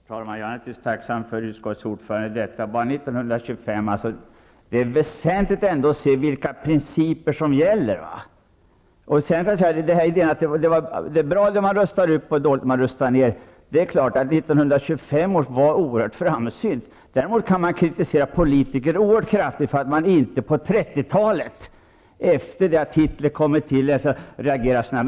Herr talman! Jag är naturligtvis tacksam för vad utskottets ordförande sade. Det gällde beslutet 1925. Det är väsentligt att se vilka principer som gäller. Det var bra att rusta upp och dåligt att rusta ner. 1925 var man oerhört framsynt. Däremot kan man kritisera politiker oerhört kraftigt för att de på 1930-talet, efter det att Hitler hade kommit till makten, inte reagerade snabbare.